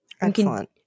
Excellent